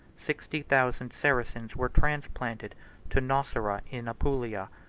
sixty thousand saracens were transplanted to nocera in apulia.